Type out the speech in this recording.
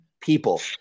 people